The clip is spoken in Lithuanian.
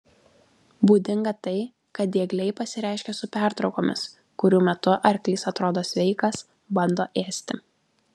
būdinga tai kad diegliai pasireiškia su pertraukomis kurių metu arklys atrodo sveikas bando ėsti